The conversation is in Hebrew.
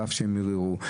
על אף שהם ערערו,